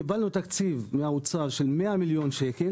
קיבלנו תקציב מהאוצר של 100 מיליון ₪,